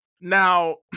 now